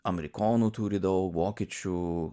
amerikonų turi daug vokiečių